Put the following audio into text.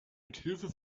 mithilfe